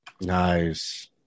Nice